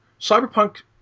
cyberpunk